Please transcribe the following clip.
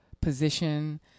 position